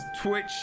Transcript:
Twitch